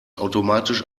automatisch